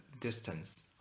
distance